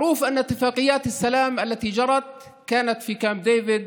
ידוע שהסכמי השלום שנעשו היו בקמפ דייוויד